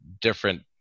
different